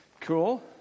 cool